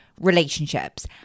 relationships